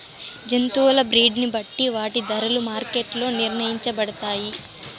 జంతువుల బ్రీడ్ ని బట్టి వాటి ధరలు మార్కెట్ లో నిర్ణయించబడతాయి